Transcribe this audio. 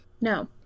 No